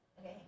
okay